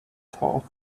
taught